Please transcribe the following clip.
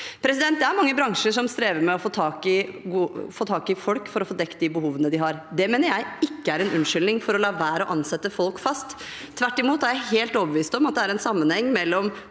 Det er mange bransjer som strever med å få tak i folk for å få dekket de behovene de har. Det mener jeg ikke er en unnskyldning for å la være å ansette folk fast. Tvert imot er jeg helt overbevist om at det er en sammenheng mellom